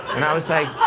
and i was like,